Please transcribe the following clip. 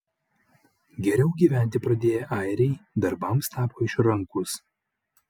geriau gyventi pradėję airiai darbams tapo išrankūs